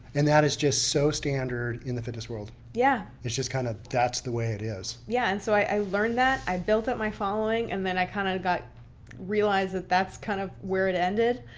and that is just so standard in the fitness world? yeah. it's just kind of, that's the way it is? is? yeah, and so i learned that i built up my following and then i kind of got realize that, that's kind of where it ended.